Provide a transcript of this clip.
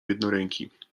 jednoręki